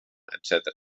etcètera